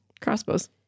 crossbows